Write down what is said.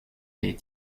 des